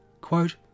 quote